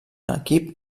equip